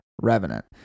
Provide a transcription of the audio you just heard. Revenant